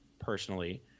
personally